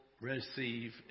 receive